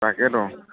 তাকে ত'